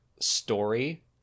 story